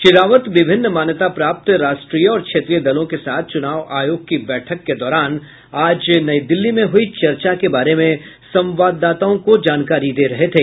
श्री रावत विभिन्न मान्यता प्राप्त राष्ट्रीय और क्षेत्रीय दलों के साथ चुनाव आयोग की बैठक के दौरान आज नई दिल्ली में हुई चर्चा के बारे में संवाददाताओं को जानकारी दे रहे थे